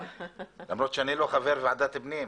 למרות שאני לא חבר ועדת הפנים,